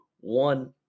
one